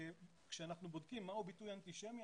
כשאנחנו בודקים מהו ביטוי אנטישמי,